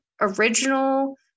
original